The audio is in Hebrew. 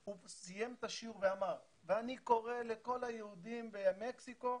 הוא סיים את השיעור ואמר: ואני קורא לכל היהודים במקסיקו,